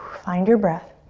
find your breath.